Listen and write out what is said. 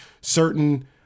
certain